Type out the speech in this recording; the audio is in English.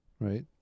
right